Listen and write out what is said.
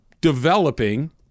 developing